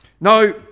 Now